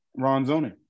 Ronzoni